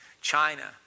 China